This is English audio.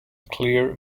clear